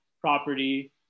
property